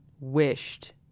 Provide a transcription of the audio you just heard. wished